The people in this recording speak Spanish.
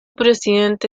presidente